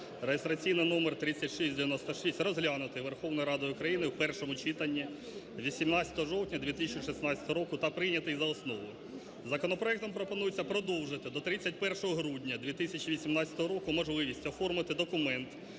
(реєстраційний номер 3696) розглянутий Верховною Радою України у першому читанні 18 жовтня 2016 року та прийнятий за основу. Законопроектом пропонується продовжити до 31 грудня 2018 року можливість оформити документ